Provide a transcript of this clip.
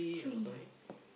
cui